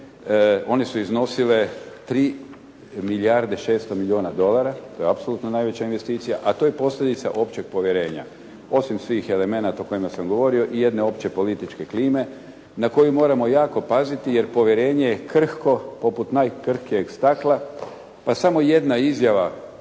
One su iznosile 3 milijarde 600 milijuna dolara, to je apsolutno najveća investicija, a to je posljedica općeg povjerenja. Osim svih elemenata o kojima sam govorio i jedne opće političke klime na koju moramo jako paziti jer povjerenje je krhko poput najkrhkijeg stakla pa samo jedna izjava nekog